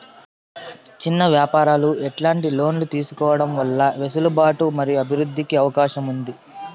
చిన్న వ్యాపారాలు ఎట్లాంటి లోన్లు తీసుకోవడం వల్ల వెసులుబాటు మరియు అభివృద్ధి కి అవకాశం ఉంది?